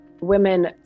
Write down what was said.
Women